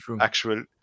actual